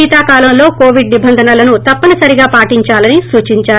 శీతాకాలంలో కోవిడ్ నిబంధనలను తప్పనిసరిగా పాటించాలని సూచించారు